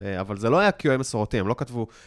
אבל זה לא היה Q&A מסורתי, הם לא כתבו...